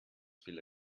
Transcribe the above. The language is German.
viele